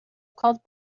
called